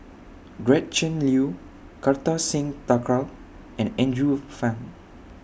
Gretchen Liu Kartar Singh Thakral and Andrew Phang